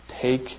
take